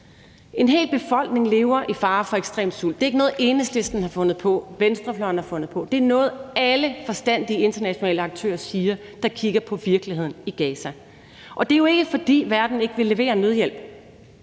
En hel befolkning lever i fare for ekstrem sult. Det er ikke noget, Enhedslisten har fundet på, eller venstrefløjen har fundet på. Det er noget, alle forstandige internationale aktører siger, der kigger på virkeligheden i Gaza. Og det er jo ikke, fordi verden ikke vil levere nødhjælp